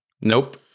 nope